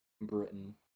Britain